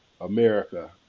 America